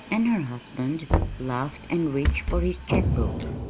and her husband laughed and reached for his check-book.